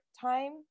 time